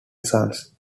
sons